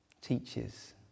teaches